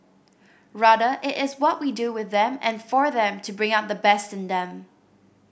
rather it is what we do with them and for them to bring out the best in them